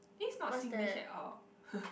this is not Singlish at all